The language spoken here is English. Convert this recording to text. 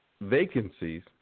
vacancies